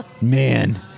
man